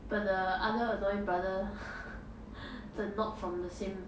but the other annoying brother the not from the same